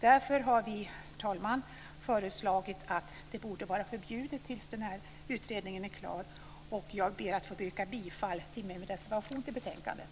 Därför har vi, herr talman, föreslagit att det här borde vara förbjudet tills den här utredningen är klar. Jag ber att få yrka bifall till min reservation i betänkandet.